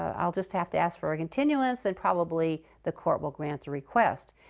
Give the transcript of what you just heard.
ah i'll just have to ask for a continuance and probably the court will grant the request.